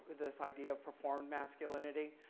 this idea of performed masculinity.